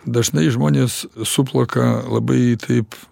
dažnai žmonės suplaka labai taip